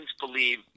believe